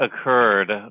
occurred